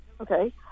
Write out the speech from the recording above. Okay